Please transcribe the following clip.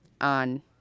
on